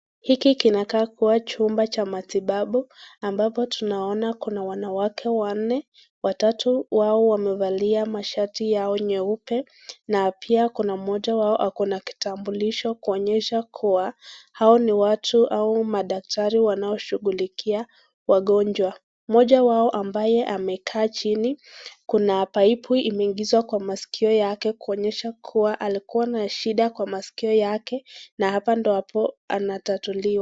Hiki kinakaa kuwa chumba cha matibabu, ambapo tunaona kuna wanawake wanne, watatu wao wamevalia mashati yao nyeupe, na pia kuna moja wao ako na kikambulisho kuonyesha kuwa hao ni watu au madaktari wanao shughulikia wagonjwa. Moja wao ambaye amekaa chini, kuna paipu imeingizwa kwa maskio yake kuonyeshwa kuwa alikuwa na shida kwa maskio yake, na hapa ndo ambapo anatatuliwa.